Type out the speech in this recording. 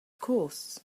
course